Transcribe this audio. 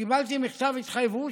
קיבלתי מכתב התחייבות,